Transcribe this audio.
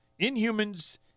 Inhumans